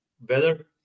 better